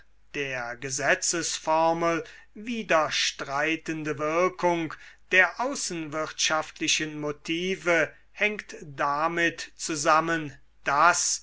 der gesetzesformel widerstreitende wirkung der außerwirtschaftlichen motive hängt damit zusammen daß